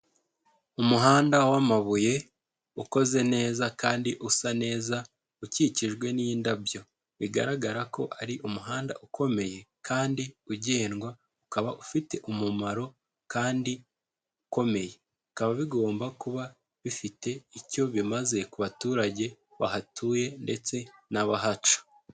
Umuhanda w'amabuye ukoze neza, kandi usa neza, ukikijwe n'indabyo bigaragara ko ari umuhanda ukomeye kandi ugendwa, ukaba ufite umumaro kandi ukomeye, bikaba bigomba kuba bifite icyo bimaze ku baturage bahatuye, ndetse n'abahaca.